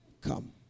Come